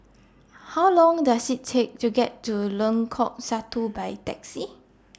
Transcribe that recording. How Long Does IT Take to get to Lengkok Satu By Taxi